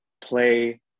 play